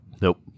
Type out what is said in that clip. Nope